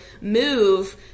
move